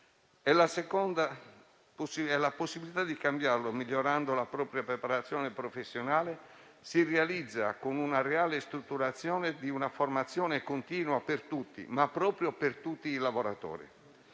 la possibilità di cambiarlo, migliorando la propria preparazione professionale, si realizza con una reale strutturazione di una formazione continua per tutti, ma proprio tutti i lavoratori.